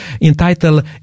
entitled